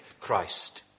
Christ